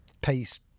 pace